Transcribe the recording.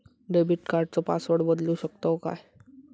Debit कार्डचो password बदलु शकतव काय?